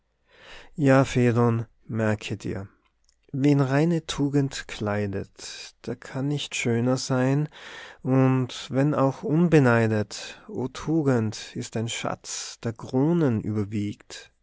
ja phädon merke dir wen reine tugend kleidet der kann nicht schöner sein und wenn auch unbeneidet o tugend ist ein schatz der kronen überwiegt